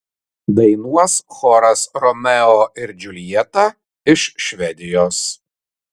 dainuos choras romeo ir džiuljeta iš švedijos